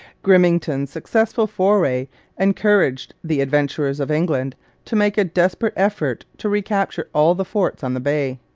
grimmington's successful foray encouraged the adventurers of england to make a desperate effort to recapture all the forts on the bay.